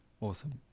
Awesome